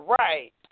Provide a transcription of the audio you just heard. right